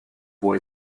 boy